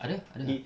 ada ada ah